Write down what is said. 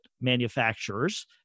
manufacturers